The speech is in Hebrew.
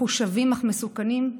מחושבים אך מסוכנים,